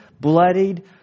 bloodied